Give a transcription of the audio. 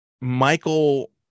Michael